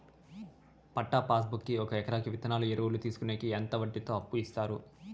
పట్టా passbook కి ఒక ఎకరాకి విత్తనాలు, ఎరువులు తీసుకొనేకి ఎంత వడ్డీతో అప్పు ఇస్తారు?